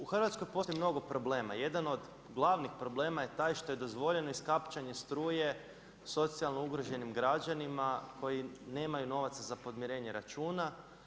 U Hrvatskoj postoji mnogo problema, jedan od glavnih problema je taj što je dozvoljeno iskapčanje struje socijalno ugroženim građanima koji nemaju novaca za podmirenje računa.